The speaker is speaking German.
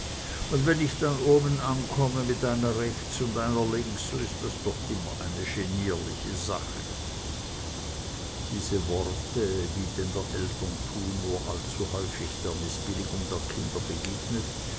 und wenn ich dann oben ankomme mit einer rechts und einer links so is das doch immer eine genierliche sache diese worte wie denn der eltern tun nur allzu häufig der mißbilligung der kinder begegnet